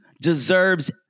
deserves